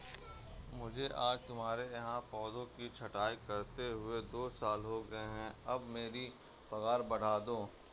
मुझे आज तुम्हारे यहाँ पौधों की छंटाई करते हुए दो साल हो गए है अब मेरी पगार बढ़ा दो